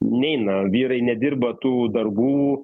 neina vyrai nedirba tų darbų